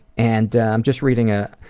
and i'm just reading a